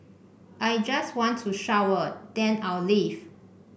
I just want to shower then I'll leave